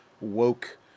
woke